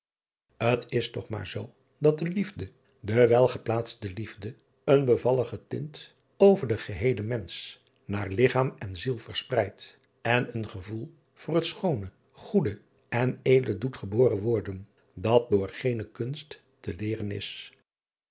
t s toch maar zoo dat de liefde de welgeplaatste liefde een bevalligen tint over den geheelen mensch naar ligchaam en ziel verspreidt en een gevoel voor het schoone goede en edele doet geboren worden dat door geene kunst te leeren is